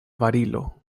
barilo